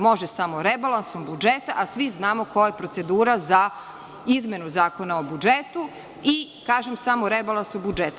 Može samo rebalansom budžeta, a svi znamo koja je procedura za izmenu Zakona o budžetu i kažem samo – rebalansom budžeta.